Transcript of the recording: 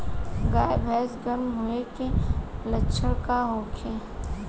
गाय भैंस गर्म होय के लक्षण का होखे?